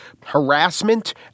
harassment